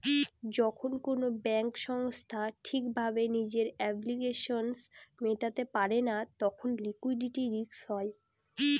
যখন কোনো ব্যাঙ্ক সংস্থা ঠিক ভাবে নিজের অব্লিগেশনস মেটাতে পারে না তখন লিকুইডিটি রিস্ক হয়